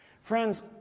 Friends